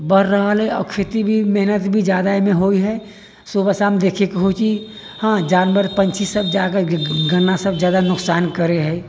बढ़ रहल है आ खेती भी मेहनत भी जादा एहि मे होइ है सुबह शाम देखै के होइ छै ई हॅं जानवर पक्षी सभ जागै है गन्ना सभ जादा नुकसान करै है